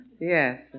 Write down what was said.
Yes